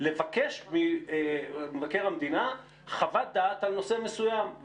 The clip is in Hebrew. לבקש ממבקר המדינה חוות דעת על נושא מסוים.